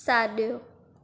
सॾिओ